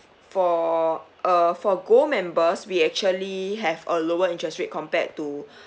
for uh for gold members we actually have a lower interest rate compared to